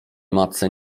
matce